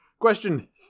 Question